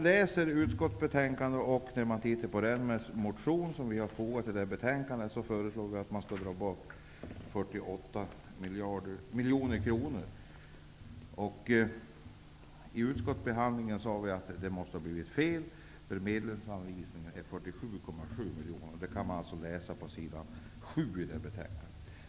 I utskottsbetänkandet står det att vi i den motion som vi har väckt föreslår att 48 miljoner skall dras från regeringens förslag. Vid utskottsbehandlingen sade vi att det måste ha blivit något fel, då medelsanvisningen är 47,7 miljoner. Det kan man läsa på s. 7 i betänkandet.